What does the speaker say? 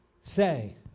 say